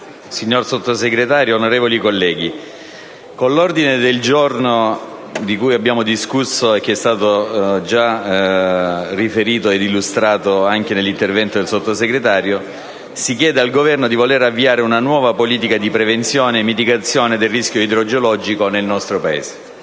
signor Sottosegretario, onorevoli colleghi, con l'ordine del giorno di cui abbiamo discusso e che è stato illustrato anche nell'intervento del Sottosegretario si chiede al Governo di avviare una nuova politica di prevenzione e mitigazione del rischio idrogeologico nel nostro Paese.